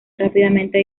rápidamente